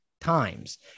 times